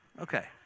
Okay